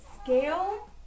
Scale